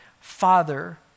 father